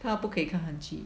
她不可以看韩剧